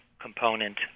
component